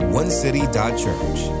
onecity.church